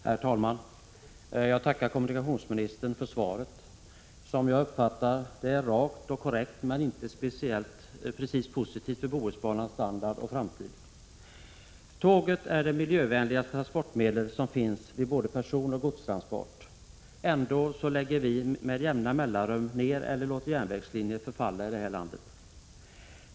Herr talman! Jag tackar kommunikationsministern för svaret. Som jag uppfattar det är det rakt och korrekt men inte precis positivt för Bohusbanans standard och framtid. Tåget är det miljövänligaste transportmedel som finns både för persontransport och för godstransport. Ändå förekommer det med jämna mellanrum att vi lägger ned järnvägstrafiken på vissa linjer eller låter järnvägslinjer förfalla i detta land.